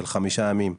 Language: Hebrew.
של חמישה ימים.